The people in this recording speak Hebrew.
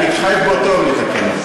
אני מתחייב באותו יום לתקן.